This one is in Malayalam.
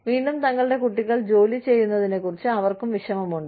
വീണ്ടും തങ്ങളുടെ കുട്ടികൾ ജോലി ചെയ്യുന്നതിനെക്കുറിച്ച് അവർക്കും വിഷമമുണ്ട്